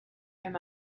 him